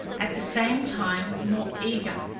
at the same time more eager.